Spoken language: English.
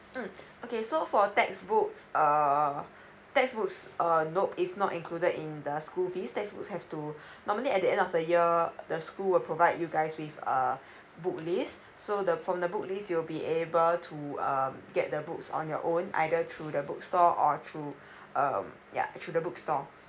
mm okay so for textbooks err textbooks err no is not included in the school fees textbooks have to normally at the end of the year the school will provide you guys with a book list so the from the book list you will be able to um get the books on your own either through the book store or through um yeah through the bookstore